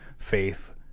faith